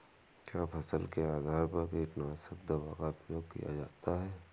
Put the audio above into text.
क्या फसल के आधार पर कीटनाशक दवा का प्रयोग किया जाता है?